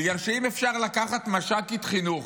בגלל שאם אפשר לקחת משק"ית חינוך,